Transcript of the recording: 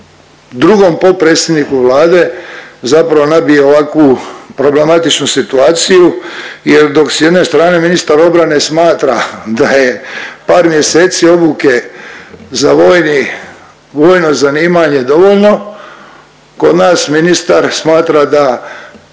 drugom potpredsjedniku Vlade zapravo nabije ovaku problematičnu situaciju jer dok s jedne strane ministar obrane smatra da je par mjeseci obuke za vojno zanimanje dovoljno, kod nas ministar smatra da